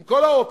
עם כל האופציות,